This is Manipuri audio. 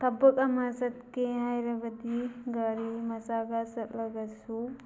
ꯊꯕꯛ ꯑꯃ ꯆꯠꯀꯦ ꯍꯥꯏꯔꯒꯗꯤ ꯒꯥꯔꯤ ꯃꯆꯥꯗ ꯆꯠꯂꯒꯁꯨ